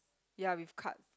ya with card